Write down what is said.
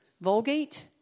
Vulgate